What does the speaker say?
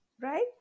Right